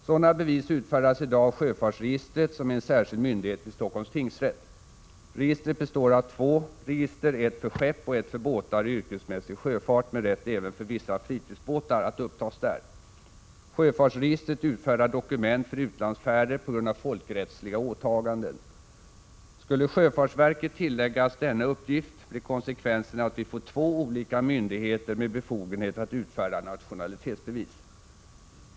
Sådana bevis utfärdas i dag av sjöfartsregistret, som är en särskild myndighet vid Stockholms tingsrätt. Registret består av två register, ett för skepp och ett för båtar i yrkesmässig sjöfart med rätt även för vissa fritidsbåtar att upptas där. Sjöfartsregistret utfärdar på grund av folkrättsliga åtaganden dokument för utlandsfärder. Skulle sjöfartsverket tilläggas denna uppgift blir konsekvensen att det finns två olika myndigheter med befogenhet att utfärda nationalitetsbevis.